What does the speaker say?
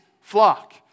flock